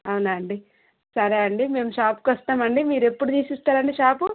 అవునా అండి సరే అండి మేము షాప్కి వస్తామండి మీరు ఎప్పుడు తీస్తారండి షాపు